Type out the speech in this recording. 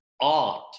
art